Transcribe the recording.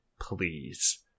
please